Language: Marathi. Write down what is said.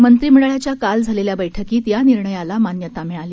मंत्रिमंडळाच्या काल झालेल्या बैठकीत या निर्णयाला मान्यता मिळाली